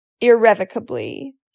irrevocably